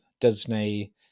Disney